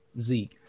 Zeke